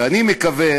ואני מקווה